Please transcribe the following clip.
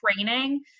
training